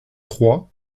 trois